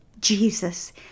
Jesus